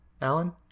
Alan